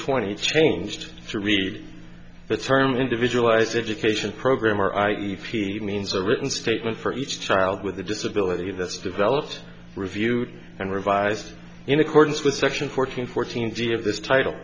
twenty changed to read the term individualized education program or i e feed means a written statement for each child with a disability that's developed reviewed and revised in accordance with section fourteen fourteen d of this title